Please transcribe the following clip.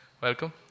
Welcome